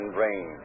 rain